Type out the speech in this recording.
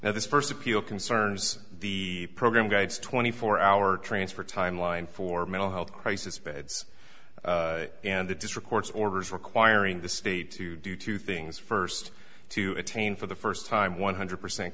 now this first appeal concerns the program guides twenty four hour transfer timeline for mental health crisis beds and the district court's orders requiring the state to do two things first to attain for the first time one hundred percent